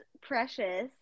precious